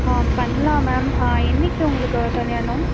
ஆ பண்லாம் மேம் என்னிக்கு உங்களுக்கு கல்யாணம்